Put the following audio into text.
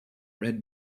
red